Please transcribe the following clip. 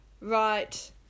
Right